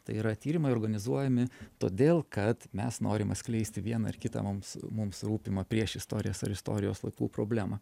tai yra tyrimai organizuojami todėl kad mes norim atskleisti vieną ar kitą mums mums rūpimą priešistorijos ar istorijos laikų problemą